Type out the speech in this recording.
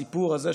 הסיפור הזה,